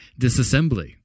disassembly